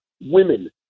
women